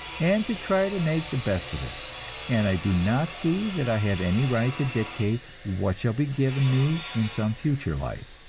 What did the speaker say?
and to try to make the best of it and i do not see that i have any right to dictate what shall be given me in some future life.